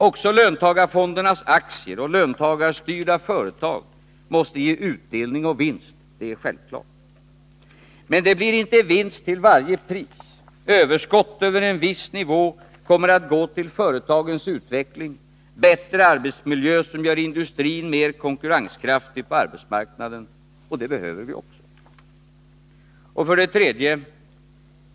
Också löntagarfondernas aktier och löntagarstyrda företag måste ge utdelning och vinst. Det är självklart. Men det blir inte vinst till varje pris. Överskott över en viss nivå kommer att gå till företagens utveckling och till bättre arbetsmiljö, som gör industrin mer konkurrenskraftig på arbetsmarknaden — och det behöver vi också. 3.